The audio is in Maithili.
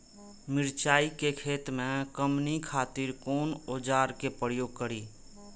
मिरचाई के खेती में कमनी खातिर कुन औजार के प्रयोग करी?